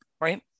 right